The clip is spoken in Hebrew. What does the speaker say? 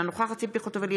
אינו נוכחת ציפי חוטובלי,